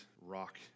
rock